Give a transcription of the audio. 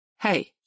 Hey